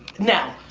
now,